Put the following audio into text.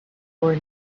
were